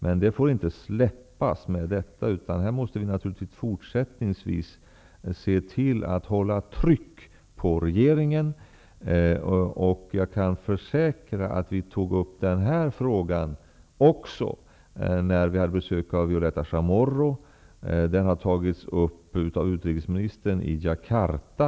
Men frågan får inte släppas med detta konstaterande, utan vi måste naturligtvis fortsättningsvis hålla ett tryck på regeringen. Jag kan försäkra att vi tog upp denna fråga också när vi hade besök av Violetta Chamorro. Det har tagits upp av utrikesministern i Djakarta.